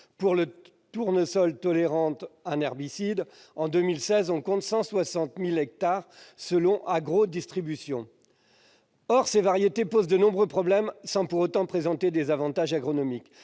du tournesol tolérant un herbicide occupait 160 000 hectares en 2016, selon Agrodistribution. Or ces variétés posent de nombreux problèmes, sans pour autant présenter d'avantages agronomiques.